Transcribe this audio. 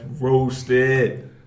roasted